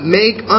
make